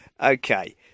Okay